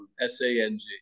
S-A-N-G